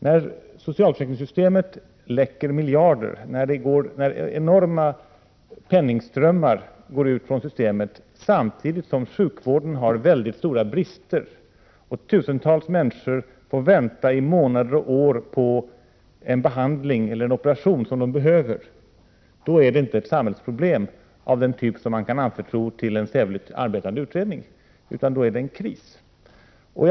När socialförsäkringssystemet läcker miljarder, när enorma penningströmmar flyter ut från systemet, samtidigt som sjukvården har väldigt stora brister och tusentals människor får vänta i månader och år på en behandling eller en operation som de behöver, då är det inte fråga om ett samhällsproblem av den typ som man kan anförtro en sävligt arbetande utredning, utan då är det fråga om en kris.